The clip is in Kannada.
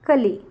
ಕಲಿ